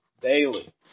daily